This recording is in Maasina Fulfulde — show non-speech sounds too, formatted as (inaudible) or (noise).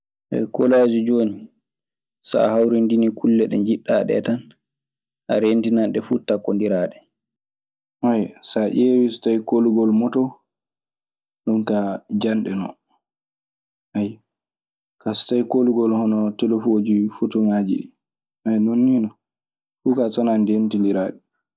(hesitation) kolaas jooni, so a hawrindini kulle ɗe njiɗɗaa ɗee tan, a renndinan ɗe fuu takkondiraa ɗe. (hesitation) So ƴeewii so tawii so kooligol motoo, ɗun kaa janɗe non. (hesitation) Kaa so tawii koligol hono telfooji, fotoŋaaji ɗii, (hesitation) non nii non. Fuu kaa so wanaa ndeentindiraa ɗi.